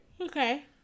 okay